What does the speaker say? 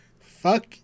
Fuck